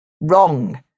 Wrong